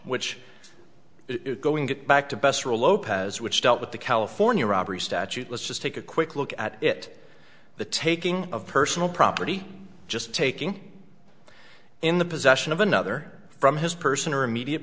which is going get back to besser lopez which dealt with the california robbery statute let's just take a quick look at it the taking of personal property just taking in the possession of another from his person or a media